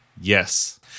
Yes